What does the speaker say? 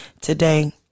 today